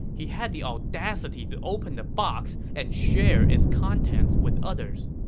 he had the audacity to open the box and share its contents with others.